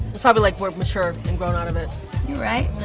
probably like we're mature, and grown out of it. you right,